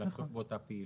באותה פעילות.